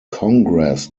congress